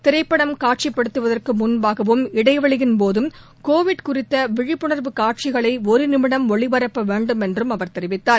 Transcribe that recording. திரைப்படம் காட்சிப் படுத்துவதற்கு முன்பாகவும் இடைவேளையின்போதும் கோவிட் குறித்த விழிப்புணர்வு காட்சிகளை ஒரு நிமிடம் ஒளிபரப்ப வேண்டும் என்றும் அவர் கூறினார்